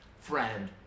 friend